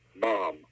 Mom